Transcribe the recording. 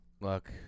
Look